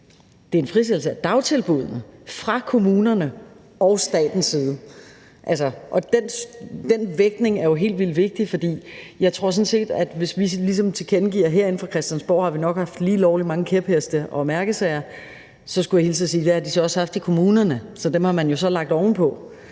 Det er en frisættelse af dagtilbuddene fra kommunerne og staten. Den vægtning er jo helt vildt vigtig, for jeg tror sådan set, at hvis vi ligesom herinde fra Christiansborg tilkendegiver, at vi nok har haft lige lovlig mange kæpheste og mærkesager, så skulle jeg hilse og sige, at det har de så også haft i kommunerne, og dem har man så lagt oven på.